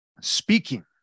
speaking